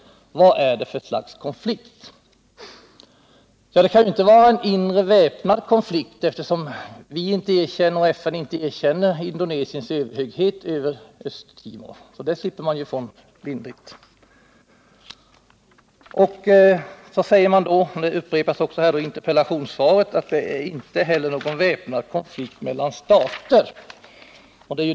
Det kan inte vara en inre, väpnad konflikt, eftersom varken vi eller FN erkänner Indonesiens överhöghet över Östra Timor. Där slipper man alltså lindrigt undan. Men, säger man — och det upprepas i interpellationssvaret — det är inte heller någon väpnad konflikt mellan stater.